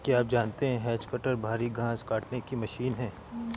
क्या आप जानते है हैज कटर भारी घांस काटने की मशीन है